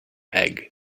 egg